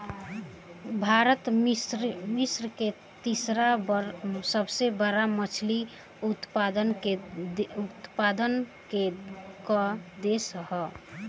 भारत विश्व के तीसरा सबसे बड़ मछली उत्पादक देश ह